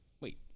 Wait